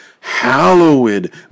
Hallowed